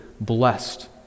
blessed